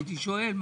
הייתי שואל.